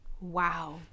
wow